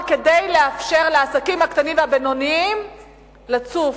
כדי לאפשר לעסקים הקטנים והבינוניים לצוף,